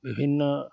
বিভিন্ন